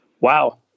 Wow